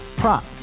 prop